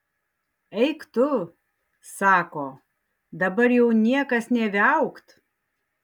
eik tu sako dabar jau niekas nė viaukt